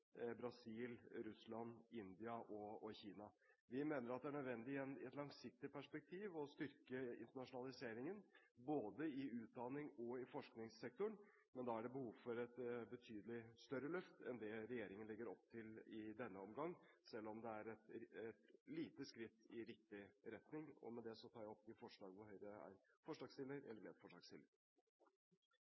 Brasil, Russland, India og Kina. Vi mener at det i et langsiktig perspektiv er nødvendig å styrke internasjonaliseringen i utdannings- og forskningssektoren, men da er det behov for et betydelig større løft enn det regjeringen legger opp til i denne omgang, selv om det er et lite skritt i riktig retning. Med dette tar jeg opp vårt forslag nr. 8 og forslag nr. 3, fra Høyre,